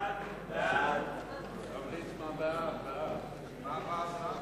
חוק לתיקון פקודת